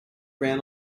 ran